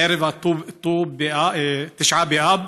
ערב תשעה באב